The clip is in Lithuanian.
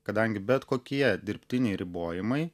kadangi bet kokie dirbtiniai ribojimai